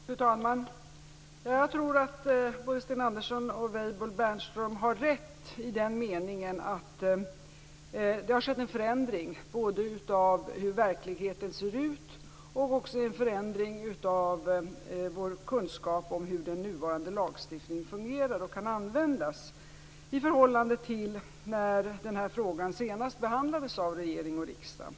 Fru talman! Jag tror att både Sten Andersson och Weibull Bernström har rätt, i den meningen att det har skett en förändring av hur verkligheten ser ut och också en förändring av våra kunskaper om hur den nuvarande lagstiftningen fungerar och kan användas - i förhållande till när frågan senast behandlades av regering och riksdag.